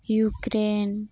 Ukraine